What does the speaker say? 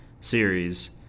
series